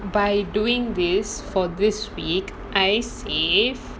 by doing this for this week I save